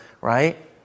right